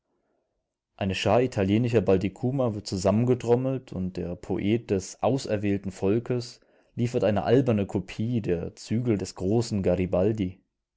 eine schar italienischer baltikumer wird zusammengetrommelt und der poet des auserwählten volkes liefert eine alberne kopie der zügel des großen garibaldi